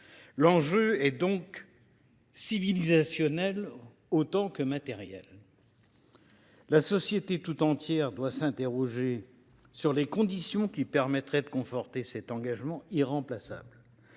L’enjeu est donc civilisationnel autant que matériel. La société tout entière doit s’interroger sur les conditions qui permettraient de conforter cet engagement irremplaçable.